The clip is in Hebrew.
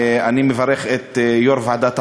אני מברך את יושב-ראש ועדת העבודה,